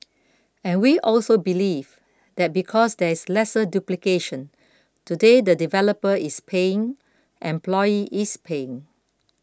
and we also believe that because there is lesser duplication today the developer is paying employee is paying